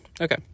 okay